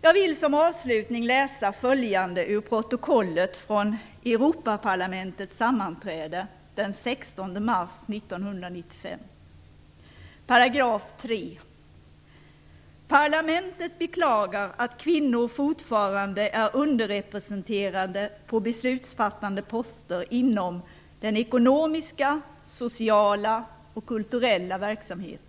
Jag vill som avslutning läsa följande ur protokollet från Europaparlamentets sammanträde den 16 mars 1995: "3. Parlamentet beklagar att kvinnor fortfarande är underrepresenterade på beslutsfattande poster inom den ekonomiska, sociala och kulturella verksamheten.